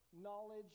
knowledge